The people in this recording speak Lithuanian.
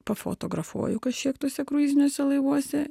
pafotografuoju kažkiek tuose kruiziniuose laivuose